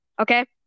Okay